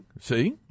see